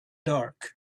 dark